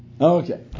Okay